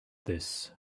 this